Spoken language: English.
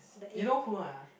you know who ah